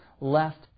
left